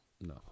No